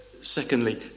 Secondly